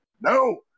No